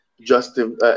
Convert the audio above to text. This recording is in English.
Justin